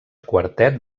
quartet